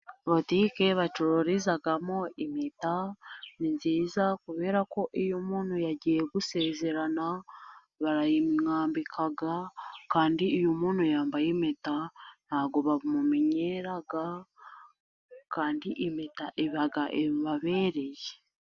Butike bacururizamo impeta ni nziza kubera ko iyo umuntu yagiye gusezerana, barayimwambika, kandi iyo umuntu yambaye impeta, ntabwo bamumenyera, kandi impeta iba ibabereye.